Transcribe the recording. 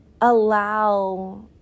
allow